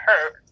hurt